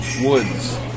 woods